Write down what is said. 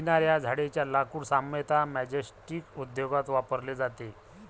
चिनार या झाडेच्या लाकूड सामान्यतः मैचस्टीक उद्योगात वापरले जाते